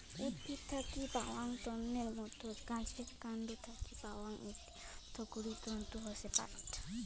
উদ্ভিদ থাকি পাওয়াং তন্তুর মইধ্যে গাছের কান্ড থাকি পাওয়াং একটি অর্থকরী তন্তু হসে পাট